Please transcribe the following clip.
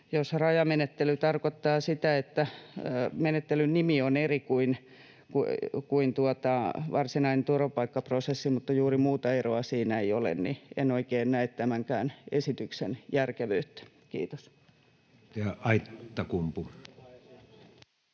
jos rajamenettely tarkoittaa sitä, että menettelyn nimi on eri kuin varsinainen turvapaikkaprosessi, mutta juuri muuta eroa siinä ei ole, niin en oikein näe tämänkään esityksen järkevyyttä. — Kiitos. [Speech